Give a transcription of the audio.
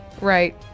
right